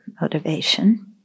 motivation